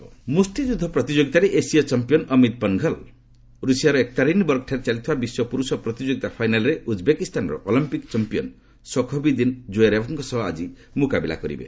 boxing ମୁଷ୍ଟିଯୁଦ୍ଧ ପ୍ରତିଯୋଗିତାରେ ଏସୀୟ ଚମ୍ପିୟାନ୍ ଅମିତ ପନ୍ଘଲ ରୁଷିଆର ଏକତେରିନବର୍ଗଠାରେ ଚାଲିଥିବା ବିଶ୍ୱ ପୁରୁଷ ପ୍ରତିଯୋଗିତାର ଫାଇନାଲ୍ରେ ଉଜ୍ବେକିସ୍ତାନର ଅଲମ୍ପିକ୍ ଚମ୍ପିୟନ୍ ସଖୋବିଦିନ୍ ଜୋୟେରବ୍ଙ୍କ ସହ ଆଜି ମୁକାବିଲା କରିବେ